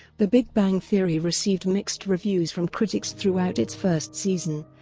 the big bang theory received mixed reviews from critics throughout its first season,